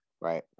Right